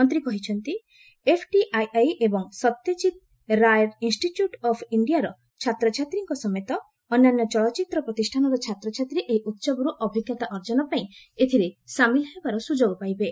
ମନ୍ତ୍ରୀ କହିଛନ୍ତି ଏଫଟିଆଇଆଇ ଏବଂ ସତ୍ୟଜିତ ରାୟ ଇନ୍ଷ୍ଟିଚ୍ୟଟ ଅଫ ଇଣ୍ଡିଆର ଛାତ୍ରଛାତ୍ରୀଙ୍କ ସମେତ ଅନ୍ୟାନ୍ୟ ଚଳଚ୍ଚିତ୍ର ପ୍ରତିଷ୍ଠାନର ଛାତ୍ରଛାତ୍ରୀ ଏହି ଉତ୍ସବରୁ ଅଭିଜ୍ଞତା ଅର୍ଜନ ପାଇଁ ଏଥିରେ ସାମିଲ ହେବାର ସୁଯୋଗ ପାଇବେ